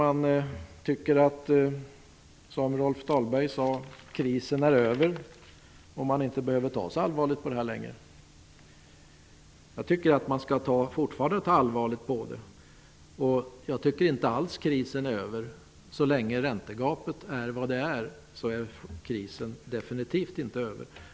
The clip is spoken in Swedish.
Kanske tycker man, som Rolf Dahlberg sade, att krisen är över och att det inte längre är nödvändigt att ta så allvarligt på det här. Själv tycker jag att man fortfarande skall ta allvarligt på detta. Krisen är enligt min mening inte alls över. Så länge räntegapet är som nu är krisen definitivt inte över.